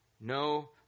no